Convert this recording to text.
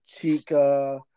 Chica